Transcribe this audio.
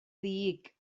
ddig